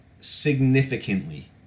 significantly